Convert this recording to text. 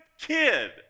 kid